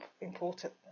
important